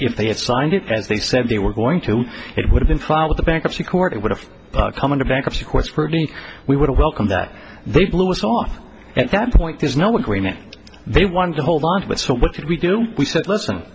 if they had signed it and they said they were going to it would have been filed with the bankruptcy court it would have come into bankruptcy court scrutiny we would welcome that they blew us off at that point there's no agreement they want to hold on to but so what should we do we said listen